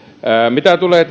mitä tulee